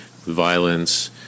violence